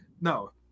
No